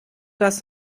das